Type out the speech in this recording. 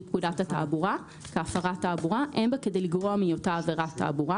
פקודת התעבורה כהפרת תעבורה אין בה כדי לגרוע מהיותה עבירת תעבורה.